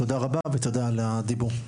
תודה רבה ותודה על רשות הדיבור.